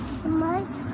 smart